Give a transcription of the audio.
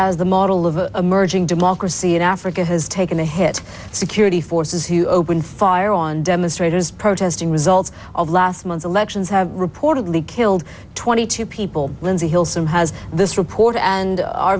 the model of a merging democracy in africa has taken a hit security forces who opened fire on demonstrators protesting results of last month's elections have reportedly killed twenty two people lindsey hilsum has this reporter and our